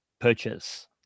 purchase